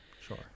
Sure